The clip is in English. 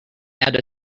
add